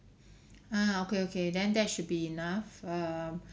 ah okay okay then that should be enough um